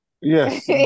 Yes